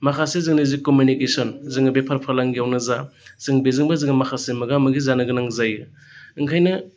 माखासे जोंनि जि कमिउनिकेसन जोङो बेफार फालांगियावनो जा जों बेजोंबो जोङो माखासे मोगा मोगि जानो गोनां जायो ओंखायनो